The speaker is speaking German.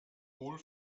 wohl